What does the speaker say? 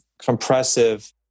compressive